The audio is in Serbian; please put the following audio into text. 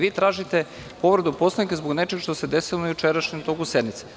Vi tražite povredu Poslovnika zbog nečeg što se desilo u jučerašnjem toku sednice.